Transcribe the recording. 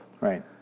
Right